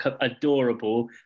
adorable